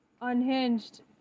unhinged